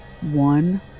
one